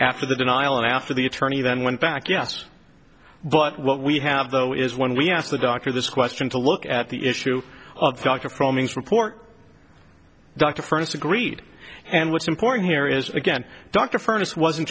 after the denial and after the attorney then went back yes but what we have though is when we asked the doctor this question to look at the issue of report dr furnace agreed and what's important here is again dr furnace wasn't